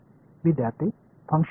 विद्यार्थीः फंक्शन मूल्य